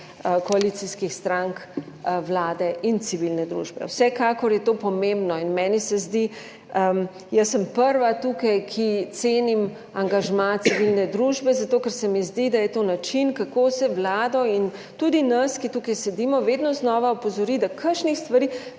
koalicijskih strank, Vlade in civilne družbe. Vsekakor je to pomembno in jaz sem prva tukaj, ki cenim angažma civilne družbe, zato ker se mi zdi, da je to način, kako se Vlado in tudi nas, ki tukaj sedimo, vedno znova opozori, da kakšnih stvari